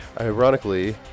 ironically